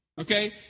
okay